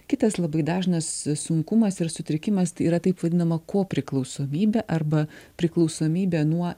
kitas labai dažnas sunkumas ir sutrikimas tai yra taip vadinama kopriklausomybė arba priklausomybė nuo